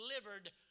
delivered